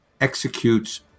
executes